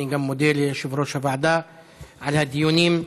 אני גם מודה ליושב-ראש הוועדה על הדיונים,